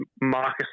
Marcus